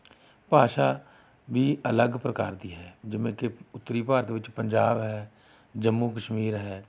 ਭਾਸ਼ਾ ਵੀ ਅਲੱਗ ਪ੍ਰਕਾਰ ਦੀ ਹੈ ਜਿਵੇਂ ਕਿ ਉੱਤਰੀ ਭਾਰਤ ਵਿੱਚ ਪੰਜਾਬ ਹੈ ਜੰਮੂ ਕਸ਼ਮੀਰ ਹੈ